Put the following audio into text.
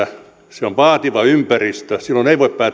se on vaativa ympäristö silloin ei voi